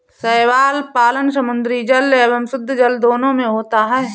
शैवाल पालन समुद्री जल एवं शुद्धजल दोनों में होता है